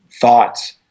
thoughts